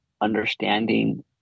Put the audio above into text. understanding